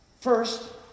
First